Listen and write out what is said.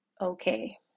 okay